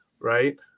right